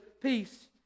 peace